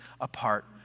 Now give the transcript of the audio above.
apart